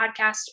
podcast